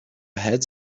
heads